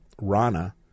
Rana